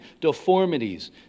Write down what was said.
deformities